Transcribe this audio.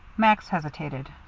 max hesitated.